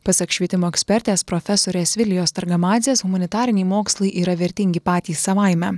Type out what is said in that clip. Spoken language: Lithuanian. pasak švietimo ekspertės profesorės vilijos targamadzės humanitariniai mokslai yra vertingi patys savaime